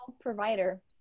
provider